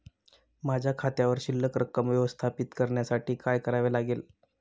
माझ्या खात्यावर शिल्लक रक्कम व्यवस्थापित करण्यासाठी काय करावे लागेल?